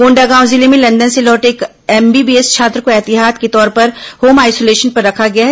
कोंडागांव जिले में लंदन से लौटे एक एमबीबीएस छात्र को ऐहतियात के तौर पर होम आईसोलेशन पर रखा गया है